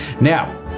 now